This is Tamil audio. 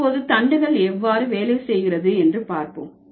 இப்போது தண்டுகள் எவ்வாறு வேலை செய்கிறது என்று பார்ப்போம்